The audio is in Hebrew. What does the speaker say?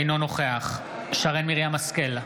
אינו נוכח שרן מרים השכל,